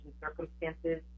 circumstances